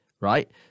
right